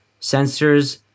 Sensors